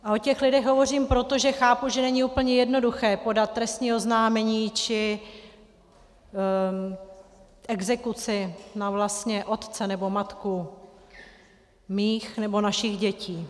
A o těch lidech hovořím proto, že chápu, že není úplně jednoduché podat trestní oznámení či exekuci na vlastně otce nebo matku mých nebo našich dětí.